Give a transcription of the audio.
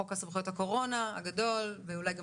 חוק סמכויות הקורונה הגדול ואולי גם